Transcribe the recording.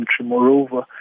Moreover